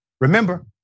Remember